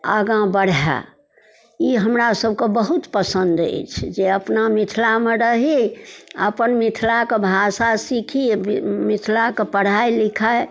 आगाँ बढ़ै ई हमरा सबके बहुत पसन्द अछि जे अपना मिथिलामे रही आओर अपन मिथिलाके भाषा सीखी मिथिलाके पढ़ाइ लिखाइ